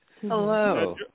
hello